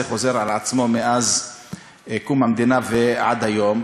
זה חוזר על עצמו מאז קום המדינה ועד היום.